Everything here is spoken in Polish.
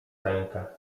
rękę